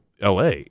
LA